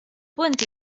punt